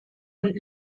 und